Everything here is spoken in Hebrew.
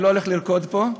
אני לא הולך לרקוד פה,